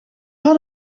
had